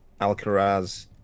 Alcaraz